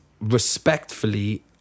respectfully